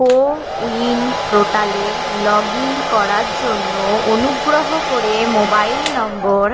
কো win পোর্টালে log in করার জন্য অনুগ্রহ করে মোবাইল নম্বর